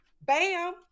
bam